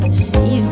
see